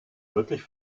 wirklich